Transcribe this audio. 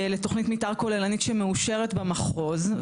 לתוכנית מתאר כוללנית שמאושרת במחוז,